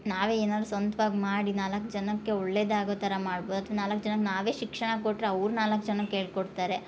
ನಾವೇ ಏನಾರು ಸ್ವಂತ್ವಾಗಿ ಮಾಡಿ ನಾಲ್ಕು ಜನಕ್ಕೆ ಒಳ್ಳೆಯದಾಗೋ ಥರ ಮಾಡ್ಬೋದು ಅಥ್ವ ನಾಲ್ಕು ಜನಕ್ಕೆ ನಾವೇ ಶಿಕ್ಷಣ ಕೊಟ್ಟರೆ ಅವ್ರು ನಾಲ್ಕು ಜನಕ್ಕೆ ಹೇಳ್ಕೊಡ್ತಾರೆ